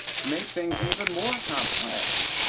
to make things even more complex,